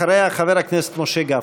אחריה, חבר הכנסת משה גפני.